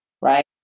Right